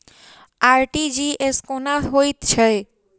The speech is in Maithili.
आर.टी.जी.एस कोना होइत छै?